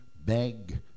beg